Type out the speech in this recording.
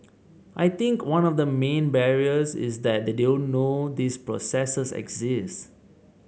I think one of the main barriers is that they don't know these processes exist